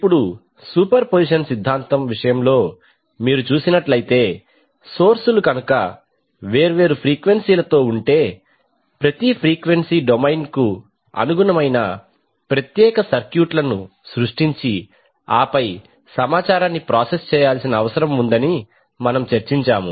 ఇప్పుడు సూపర్పొజిషన్ సిద్ధాంతం విషయంలో మీరు చూసినట్లైతే సోర్స్ లు కనుక వేర్వేరు ఫ్రీక్వెన్సీలతో ఉంటే ప్రతి ఫ్రీక్వెన్సీ డొమైన్కు అనుగుణమైన ప్రత్యేక సర్క్యూట్లను సృష్టించి ఆపై సమాచారాన్ని ప్రాసెస్ చేయాల్సిన అవసరం ఉందని మనము చర్చించాము